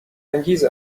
انگیز